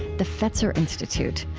the fetzer institute,